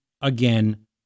Again